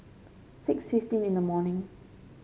six fifteen in the morning